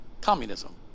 communism